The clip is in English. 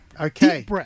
okay